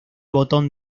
botón